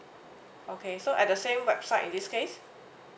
okay so at the same website in this case